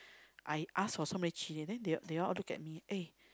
I ask for so many chilli then they they all look at me eh